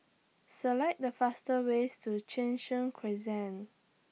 Select The fastest ways to Cheng Soon Crescent